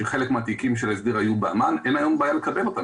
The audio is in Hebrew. שחלק מהתיקים של ההסדר היו בעמאן והיום אין בעיה לקבל אותם.